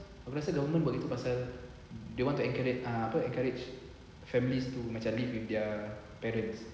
aku rasa government buat gitu pasal they want to encourage ah encourage families macam to live with their parents